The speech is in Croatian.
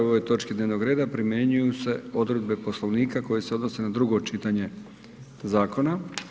o ovoj točki dnevnog reda primjenjuju se odredbe Poslovnika koje se odnose na drugo čitanje zakona.